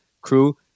crew